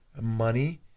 money